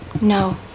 No